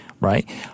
right